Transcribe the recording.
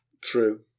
True